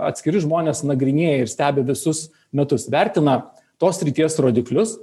atskiri žmonės nagrinėja ir stebi visus metus vertina tos srities rodiklius